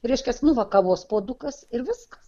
reiškias nu va kavos puodukas ir viskas